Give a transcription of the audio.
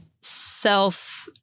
self